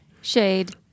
Shade